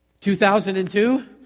2002